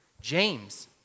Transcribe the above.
James